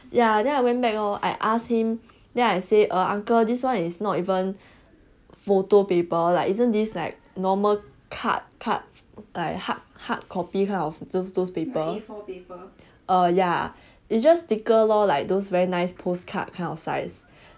ya then I went back lor I asked him then I say err uncle this one is not even photo paper like isn't this like normal card card like hard hardcopy kind of those those paper err ya it's just thicker lor like those very nice postcard kind of size